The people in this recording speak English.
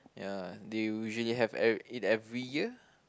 ya they usually have every it every year